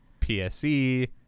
PSE